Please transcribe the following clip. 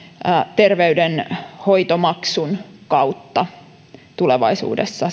terveydenhoitomaksun kautta tulevaisuudessa